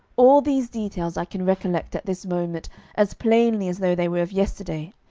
all these details i can recollect at this moment as plainly as though they were of yesterday,